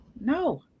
No